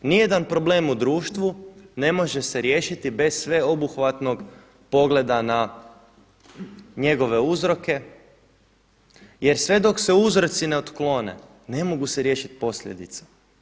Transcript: Ni jedan problem u društvu ne može se riješiti bez sveobuhvatnog pogleda na njegove uzroke, jer sve dok se uzroci ne otklone ne mogu se riješit posljedice.